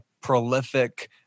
prolific